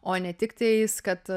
o ne tik tais kad